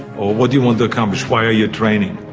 or what do you want to accomplish? why are you training?